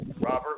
Robert